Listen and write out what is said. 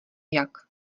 jak